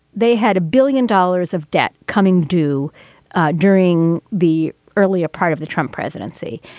they had a billion dollars of debt coming due during the early part of the trump presidency.